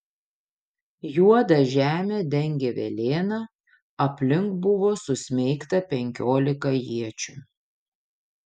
juodą žemę dengė velėna aplink buvo susmeigta penkiolika iečių